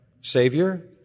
Savior